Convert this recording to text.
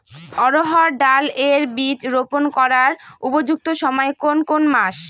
অড়হড় ডাল এর বীজ রোপন করার উপযুক্ত সময় কোন কোন মাস?